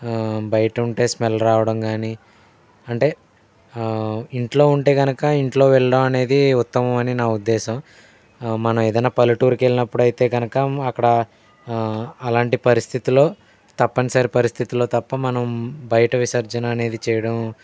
బయట ఉంటే స్మెల్ రావడం కాని అంటే ఇంట్లో ఉంటే కనుక ఇంట్లో వెళ్ళడం అనేది ఉత్తమం అని నా ఉద్దేశం మనం ఏదైనా పల్లెటూరికి వెళ్ళినప్పుడు అయితే కనుక అక్కడ అలాంటి పరిస్థితిలో తప్పనిసరి పరిస్థితుల్లో తప్ప మనం బయట విసర్జన అనేది చేయడం